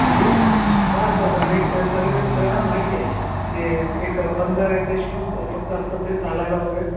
तिथे बस बस आणि एक सगळे सगळ्यांना माहिती आहे की एक बंद याचे शूज फक्त असतात ते चालायला वगैरे